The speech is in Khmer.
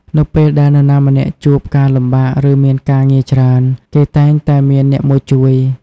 នៅពេលដែលនរណាម្នាក់ជួបការលំបាក ឬមានការងារច្រើន គេតែងតែមានអ្នកមកជួយ។